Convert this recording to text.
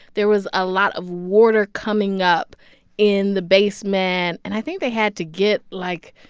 there was a lot of water coming up in the basement. and i think they had to get, like,